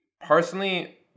Personally